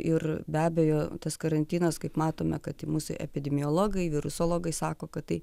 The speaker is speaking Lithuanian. ir be abejo tas karantinas kaip matome kad mūsų epidemiologai virusologai sako kad tai